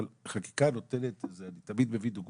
אבל חקיקה נותנת אני תמיד מביא דוגמה,